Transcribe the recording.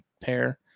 pair